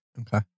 Okay